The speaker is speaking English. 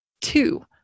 two